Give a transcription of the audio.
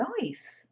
life